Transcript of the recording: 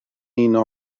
uno